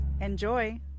Enjoy